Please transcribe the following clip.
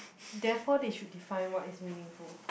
therefore they should define what is meaningful